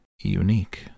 unique